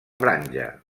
franja